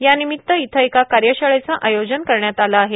यानिमित्त इथं एका कार्यशाळेचं आयोजन करण्यात आलं आहे